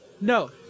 no